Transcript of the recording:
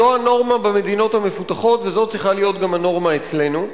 זו הנורמה במדינות המפותחות וזו צריכה להיות גם הנורמה אצלנו.